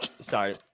Sorry